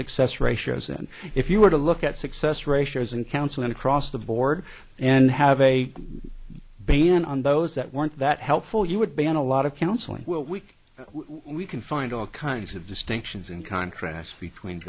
success ratios and if you were to look at success ratios and counseling across the board and have a ban on those that weren't that helpful you would ban a lot of counseling where week we can find all kinds of distinctions in contrast between